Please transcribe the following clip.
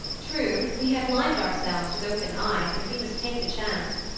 true we had limed ourselves with open eyes, and we must take the chance.